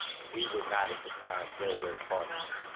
we were not, at the time, very, very partisan.